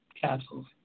capsules